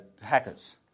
hackers